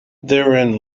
therein